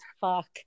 fuck